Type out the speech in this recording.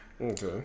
Okay